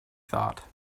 thought